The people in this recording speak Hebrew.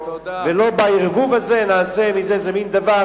ולא נעשה מזה בערבוב הזה איזה מין דבר